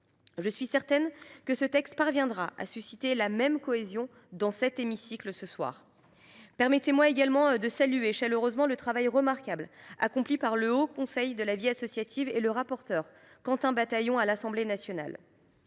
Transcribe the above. Je suis certaine que ce texte parviendra à susciter la même cohésion dans cet hémicycle ce soir. Permettez moi également de saluer chaleureusement le travail remarquable accompli par le Haut Conseil à la vie associative (HCVA) et Quentin Bataillon, le rapporteur